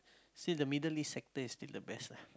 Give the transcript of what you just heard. see the Middle East sector is still the best lah